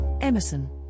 Emerson